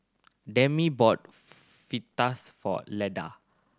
Demi bought Fajitas for Leda